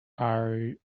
are